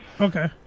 Okay